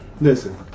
Listen